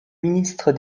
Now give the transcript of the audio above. ministre